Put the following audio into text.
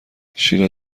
شیلا